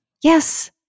Yes